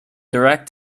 direct